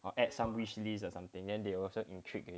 ah add some wishlist or something and they also intrigued